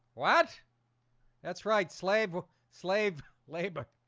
what that's right slave ah slave labor.